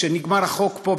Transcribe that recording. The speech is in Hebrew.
כשנגמר הדיון פה,